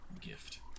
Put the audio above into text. Gift